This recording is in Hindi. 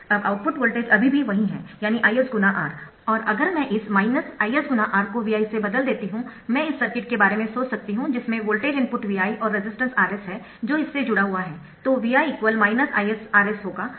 अब आउटपुट वोल्टेज अभी भी वही है यानी Is×R और अगर मैं इस Is×R को Vi से बदल देती हूं मैं इस सर्किट के बारे में सोचती हूं जिसमें वोल्टेज इनपुट Vi और रेजिस्टेंस Rs है जो इससे जुड़ा हुआ है तो Vi IsRs होगा और Is ViR होगा